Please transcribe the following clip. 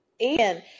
Ian